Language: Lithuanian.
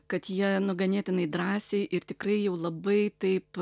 kad jie ganėtinai drąsiai ir tikrai jau labai taip